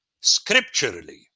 scripturally